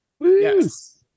Yes